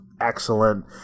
excellent